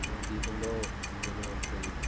ఎంతోమంది జీవితంలో వెలుగు వస్తుంది